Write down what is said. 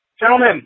Gentlemen